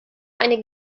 eine